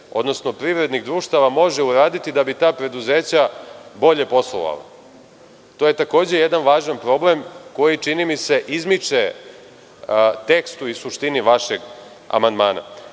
odnosno privrednih društava može uraditi da bi ta preduzeća bolje poslovala. To je takođe jedan važan problem koji čini mi se izmiče tekstu i suštini vašeg amandmana. Što